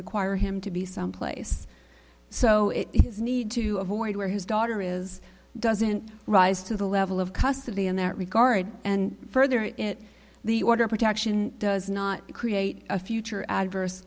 require him to be someplace so it is need to avoid where his daughter is doesn't rise to the level of custody in that regard and further it the order of protection does not create a future adverse